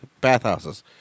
Bathhouses